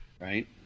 Right